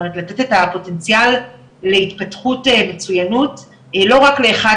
לתת את הפוטנציאל להתפתחות מצוינות לא רק לאחד